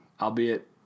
albeit